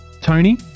Tony